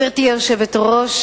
גברתי היושבת-ראש,